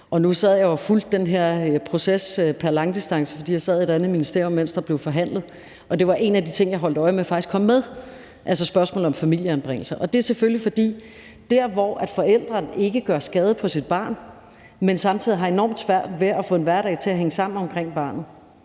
Nu sad jeg jo og fulgte den her proces pr. langdistance, fordi jeg sad i et andet ministerium, mens der blev forhandlet, og der var en af de ting, jeg holdt øje med kom med, faktisk spørgsmålet om familieanbringelser. Og det er selvfølgelig, fordi der i de tilfælde, hvor forælderen ikke gør skade på sit barn, men forælderen samtidig har enormt svært ved at få en hverdag til at hænge sammen omkring barnet,